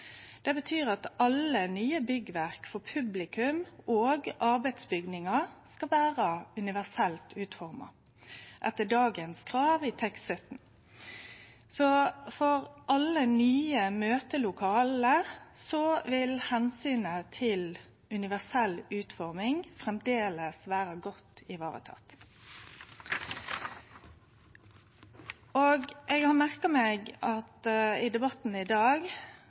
Det betyr at alle nye byggverk for publikum og arbeidsbygningar skal vere universelt utforma etter dagens krav i TEK17. For alle nye møtelokale vil omsynet til universell utforming framleis vere godt vareteke. Eg har merka meg at i debatten i dag